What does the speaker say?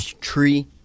tree